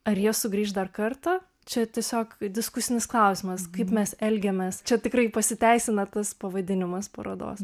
ar jie sugrįš dar kartą čia tiesiog diskusinis klausimas kaip mes elgiamės čia tikrai pasiteisina tas pavadinimas parodos